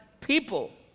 people